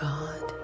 God